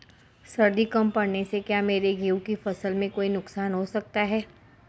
सर्दी कम पड़ने से क्या मेरे गेहूँ की फसल में कोई नुकसान हो सकता है?